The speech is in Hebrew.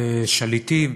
שליטים.